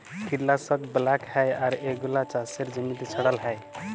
কীটলাশক ব্যলাক হ্যয় আর এগুলা চাসের জমিতে ছড়াল হ্য়য়